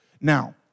Now